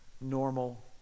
normal